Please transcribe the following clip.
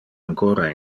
ancora